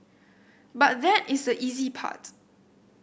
but that is the easy part